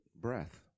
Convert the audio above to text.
breath